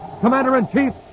Commander-in-Chief